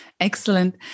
Excellent